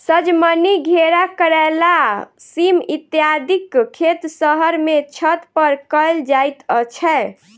सजमनि, घेरा, करैला, सीम इत्यादिक खेत शहर मे छत पर कयल जाइत छै